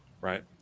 Right